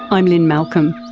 i'm lynne malcolm.